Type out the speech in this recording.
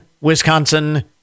Wisconsin